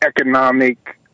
economic